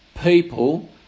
people